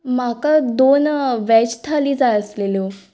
म्हाका दोन वॅज थाली जाय आसलेल्यो